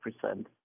percent